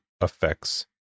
affects